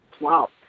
Wow